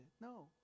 No